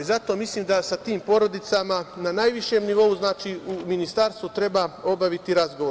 Zato mislim da sa tim porodicama na najvišem nivou, znači Ministarstvo, treba obaviti razgovor.